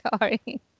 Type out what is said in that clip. Sorry